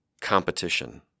competition